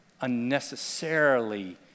unnecessarily